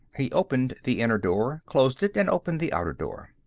he opened the inner door, closed it, and opened the outer door.